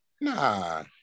Nah